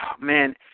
man